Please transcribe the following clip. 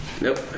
Nope